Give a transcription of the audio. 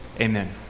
Amen